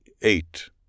eight